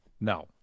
No